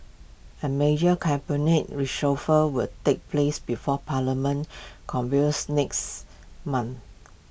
A major cabinet reshuffle will take place before parliament next month